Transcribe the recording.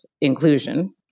inclusion